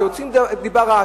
כשמוציאים דיבה רעה,